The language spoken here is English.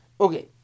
Okay